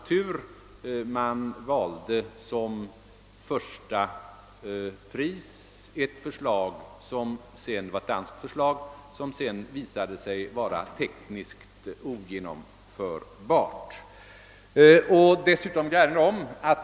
Tävlingen vanns av ett förslag — ett danskt förslag — som sedan visade sig vara tekniskt ogenomförbart.